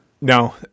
no